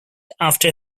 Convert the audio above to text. after